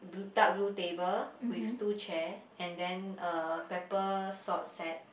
blu~ dark blue table with two chair and then a pepper salt set